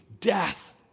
death